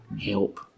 help